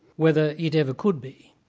whether it ever could be.